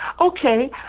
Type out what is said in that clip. Okay